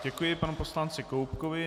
Děkuji panu poslanci Koubkovi.